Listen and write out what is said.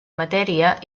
matèria